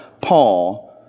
Paul